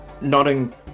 nodding